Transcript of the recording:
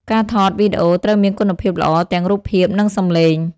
ការថតវីដេអូត្រូវមានគុណភាពល្អទាំងរូបភាពនិងសម្លេង។